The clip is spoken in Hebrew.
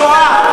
שברח בשואה,